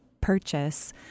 purchase